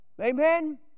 Amen